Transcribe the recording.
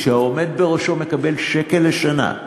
שהעומד בראשו מקבל שקל לשנה,